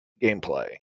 gameplay